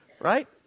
Right